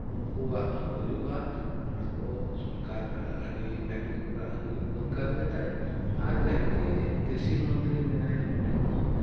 ᱩᱱᱠᱩᱣᱟᱜ ᱦᱩᱭᱩᱜᱼᱟ ᱚᱱᱟ ᱠᱚ ᱥᱚᱨᱠᱟᱨ ᱟᱹᱰᱤ ᱢᱮᱸᱫ ᱞᱩᱛᱩᱨᱟᱜ ᱦᱩᱭᱩᱜ ᱫᱚᱨᱠᱟᱨ ᱜᱮ ᱛᱟᱭ ᱟᱨ ᱡᱟᱦᱟᱸ ᱡᱮ ᱠᱨᱤᱥᱤ ᱢᱚᱱᱛᱨᱤ ᱢᱮᱱᱟᱭᱟ ᱩᱱᱤ ᱦᱚᱸ